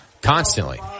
constantly